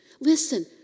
Listen